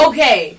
Okay